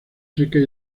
secas